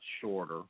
shorter